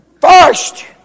First